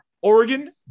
Oregon